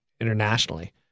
internationally